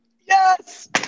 Yes